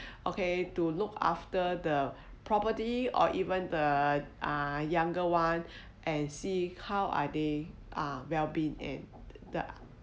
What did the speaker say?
okay to look after the property or even the uh younger one and see how are they uh well being and the